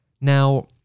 Now